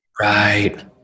Right